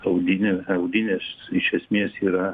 audinė audinės iš esmės yra